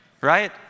right